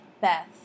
Beth